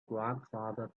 grandfather